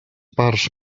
parts